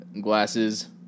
glasses